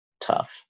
tough